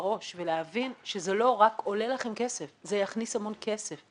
בראש ולהבין שזה לא רק עולה לכם כסף אלא זה יכניס המון כסף.